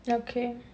ya okay